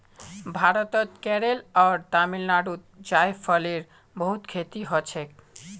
भारतत केरल आर तमिलनाडुत जायफलेर बहुत खेती हछेक